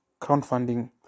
crowdfunding